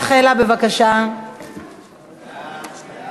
אינו נוכח, חברת הכנסת חנין זועבי, אינה נוכחת,